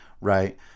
right